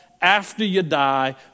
after-you-die